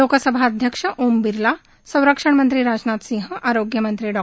लोकसभा अध्यक्ष ओम बिर्ला संरक्षणमंत्री राजनाथ सिंह आरोग्यमंत्री डॉ